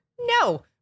no